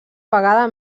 vegada